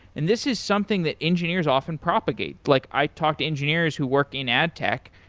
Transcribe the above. and this is something that engineers often propagate. like i talked to engineers who worked in ad tech,